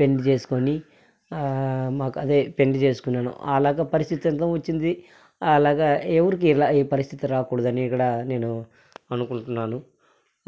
పెళ్లి చేసుకుని అదే మాకు పెళ్లి చేసుకున్నాను అలాగా పరిస్థితి అంతా వచ్చింది అలాగా ఎవరికి ఇలా పరిస్థితి రాకూడదని ఇక్కడ నేను అనుకుంటున్నాను